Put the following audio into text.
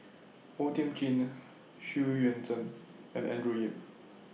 O Thiam Chin Xu Yuan Zhen and Andrew Yip